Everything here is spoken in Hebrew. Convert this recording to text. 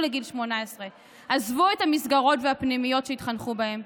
לגיל 18 ועזבו את המסגרות והפנימיות שהתחנכו בהם,